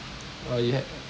oh you had